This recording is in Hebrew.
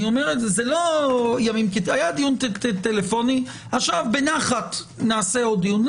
היה דיון טלפוני עכשיו בנחת נעשה עוד דיון.